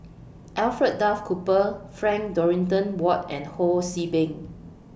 Alfred Duff Cooper Frank Dorrington Ward and Ho See Beng